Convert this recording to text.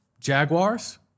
Jaguars